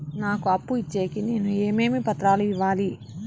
నాకు అప్పు ఇచ్చేకి నేను ఏమేమి పత్రాలు ఇవ్వాలి